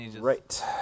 right